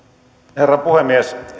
herra puhemies